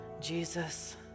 Jesus